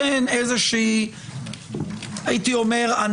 כן איזושהי הנחה